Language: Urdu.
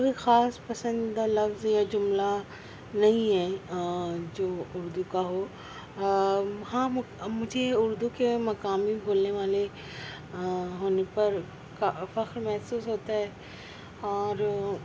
کوئی خاص پسندیدہ لفظ یا جملہ نہیں ہے جو اردو کا ہو ہاں مجھے اردو کے مقامی بولنے والے ان پر کا فخر محسوس ہوتا ہے اور